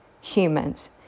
Humans